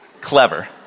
clever